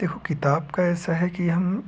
देखो किताब का ऐसा है कि हम